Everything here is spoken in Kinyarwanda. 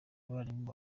abarimu